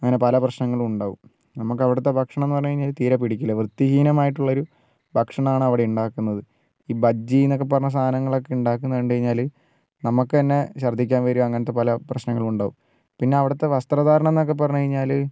അങ്ങനെ പല പ്രശ്നങ്ങളും ഉണ്ടാവും നമുക്ക് അവിടുത്തെ ഭക്ഷണം എന്ന് പറഞ്ഞു കഴിഞ്ഞാൽ തീരെ പിടിക്കില്ല വൃത്തിഹീനമായിട്ടുള്ളൊരു ഭക്ഷണമാണ് അവിടെയുണ്ടാക്കുന്നത് ഈ ബജ്ജി എന്നൊക്കെ പറഞ്ഞ സാധനങ്ങളൊക്കെ ഉണ്ടാക്കുന്ന കണ്ടു കഴിഞ്ഞാൽ നമുക്ക് തന്നെ ഛർദ്ദിക്കാൻ വരും അങ്ങനത്തെ പല പ്രശ്നങ്ങളും ഉണ്ടാവും പിന്നെ അവിടുത്തെ വസ്ത്രധാരണം എന്നൊക്കെ പറഞ്ഞു കഴിഞ്ഞാൽ